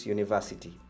University